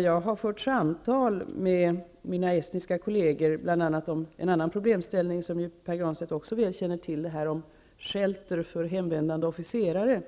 Jag har fört samtal med mina estniska kolleger bl.a. om ett annat problem, som Pär Granstedt också väl känner till, nämligen frågan om shelter för hemvändande officerare. Vid